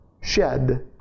shed